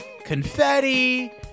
confetti